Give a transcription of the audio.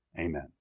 Amen